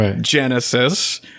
Genesis